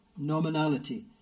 Nominality